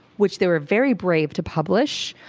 which they were very brave to publish.